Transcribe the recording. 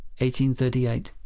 1838